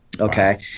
Okay